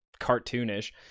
cartoonish